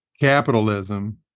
capitalism